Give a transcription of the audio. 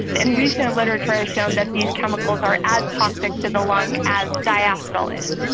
and recent literature has shown that these chemicals are as toxic to the lung as diacetyl is.